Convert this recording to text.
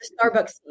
Starbucks